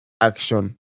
action